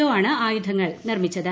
O ആണ് ആയുധങ്ങൾ നിർമ്മിച്ചത്